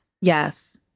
Yes